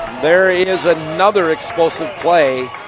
there is another explosive play.